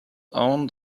own